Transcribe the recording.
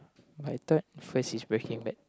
my third first is Breaking Bad